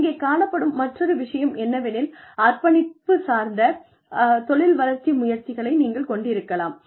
இங்கே காணப்படும் மற்றொரு விஷயம் என்னவெனில் அர்ப்பணிப்பு சார்ந்த தொழில் வளர்ச்சி முயற்சிகளை நீங்கள் கொண்டிருக்கலாம்